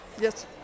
Yes